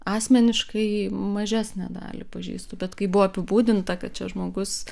asmeniškai mažesnę dalį pažįstu bet kai buvo apibūdinta kad čia žmogus